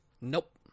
Nope